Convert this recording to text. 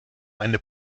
eine